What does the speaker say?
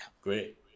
great